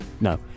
No